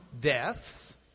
deaths